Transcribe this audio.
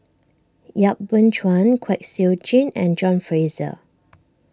Yap Boon Chuan Kwek Siew Jin and John Fraser